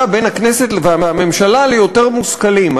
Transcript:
בין הכנסת והממשלה ליותר מושכלים.